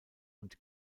und